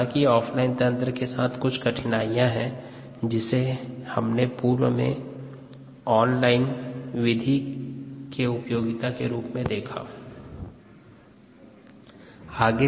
हालांकि offline तंत्र के साथ कुछ कठिनाइयां हैं जिसे हमने पूर्व में ऑन लाइन विधि के उपयोगिता के रूप में देखा